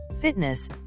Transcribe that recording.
fitness